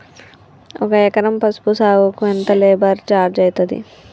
ఒక ఎకరం పసుపు సాగుకు ఎంత లేబర్ ఛార్జ్ అయితది?